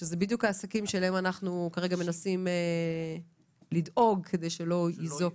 שאלה בדיוק העסקים להם אנחנו כרגע מנסים לדאוג כדי שלא יינזקו.